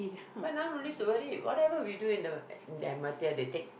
but now no need to worry whatever we do in the M_R_T they take